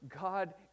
god